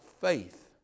faith